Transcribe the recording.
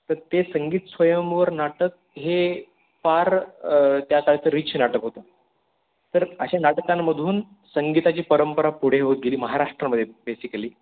तर ते संगीत स्वयंवर नाटक हे फार त्या काळचं रीच नाटक होतं तर अशा नाटकांमधून संगीताची परंपरा पुढे होत गेली महाराष्ट्रामदे बेसिकली